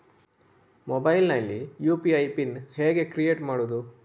Mobile ನಲ್ಲಿ UPI PIN ಹೇಗೆ create ಮಾಡುವುದು?